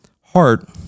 heart